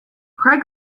craig